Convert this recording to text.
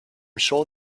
sure